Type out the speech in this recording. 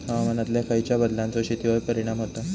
हवामानातल्या खयच्या बदलांचो शेतीवर परिणाम होता?